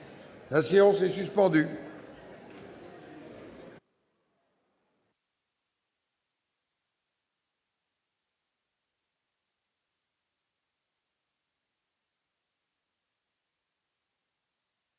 La séance est suspendue.